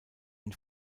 ihn